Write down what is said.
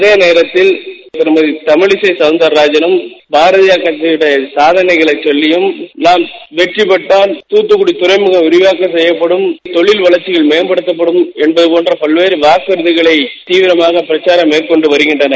அதே நோக்கில் கிருமகி தமிழிசை கவுந்தாராஜமும் பாரகிய கட்சியின் காதனைகளை சொல்லியும் தான் வெற்றி பெற்றால் துத்தக்கட தறைமகம் விரிவாக்கம் செய்யப்படும் தொழில் வளர்க்சி மேற்படுத்தப்படும் என்பது போன்ற பல்வேறு வாக்கறுதிகளை கொடுத்து தீவிரமாக பிரச்சாரம் மேற்கொண்டு வருகிறார்